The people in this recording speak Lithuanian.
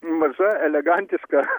maža elegantiška